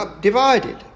divided